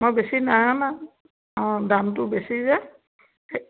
মই বেছি নাই অনা অঁ দামটো বেছি যে সেই